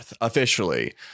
officially